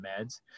meds